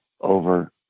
over